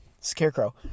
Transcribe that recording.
Scarecrow